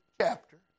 chapter